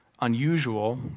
unusual